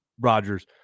Rodgers